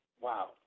Wow